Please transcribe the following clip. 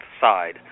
side